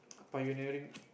a pioneering